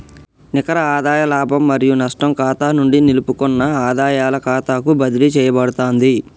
నికర ఆదాయ లాభం మరియు నష్టం ఖాతా నుండి నిలుపుకున్న ఆదాయాల ఖాతాకు బదిలీ చేయబడతాంది